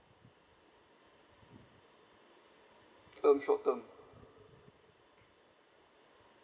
um short term